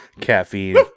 caffeine